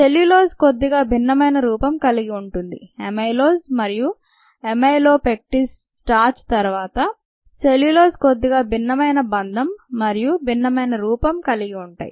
cellulose కొద్దిగా భిన్నమైన రూపం కలిగి ఉంటుంది అమైలోజ్ మరియు అమైలోపెక్టిన్ స్టార్చ్తరువాత సెల్యులోజ్ కొద్దిగా భిన్నమైన బంధం మరియు భిన్నమైన రూపం కలిగి ఉంటాయి